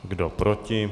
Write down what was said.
Kdo proti?